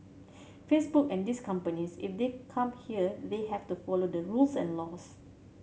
Facebook and these companies if they come here they have to follow the rules and laws